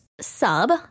sub